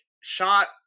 shot